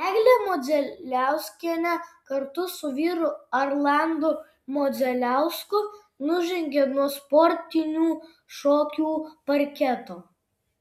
eglė modzeliauskienė kartu su vyru arlandu modzeliausku nužengė nuo sportinių šokių parketo